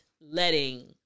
letting